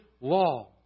law